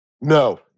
No